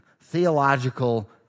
theological